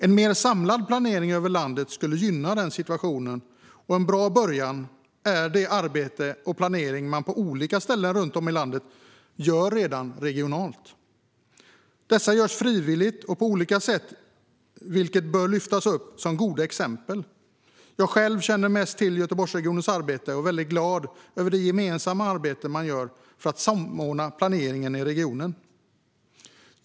En mer samlad planering över landet skulle gynna situationen, och en bra början är det arbete och den planering som redan görs regionalt på olika ställen runt om i landet. Detta görs frivilligt och på olika sätt, vilket bör lyftas upp som goda exempel. Jag känner mest till Göteborgsregionens arbete och är väldigt glad över det gemensamma arbete man gör för att samordna planeringen i regionen.